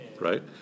Right